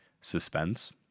suspense